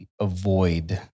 avoid